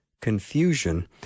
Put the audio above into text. confusion